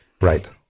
right